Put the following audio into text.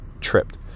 tripped